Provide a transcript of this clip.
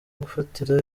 gufatira